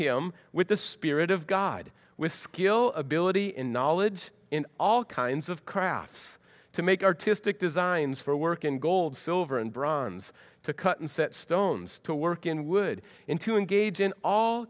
him with the spirit of god with skill ability and knowledge in all kinds of crafts to make artistic designs for work in gold silver and bronze to cut and set stones to work in wood in to engage in all